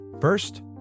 First